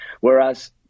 Whereas